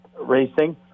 racing